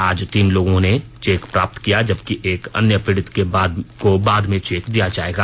आज तीन लोगों ने चेक प्राप्त किया जबकि एक अन्य पीड़ित को बाद में चेक दिया जायेगा